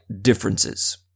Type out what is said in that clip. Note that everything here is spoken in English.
differences